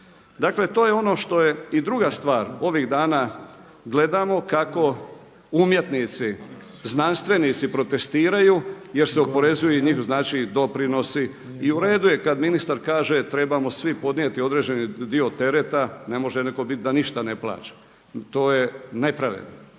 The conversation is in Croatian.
Dakle, to je ono što je. I druga stvar, ovih dana gledamo kako umjetnici, znanstvenici protestiraju jer se oporezuju znači doprinosi. I uredu je kada ministar kaže trebamo svi podnijeti određeni dio tereta. Ne može neko biti da ništa ne plaća, to je nepravedno.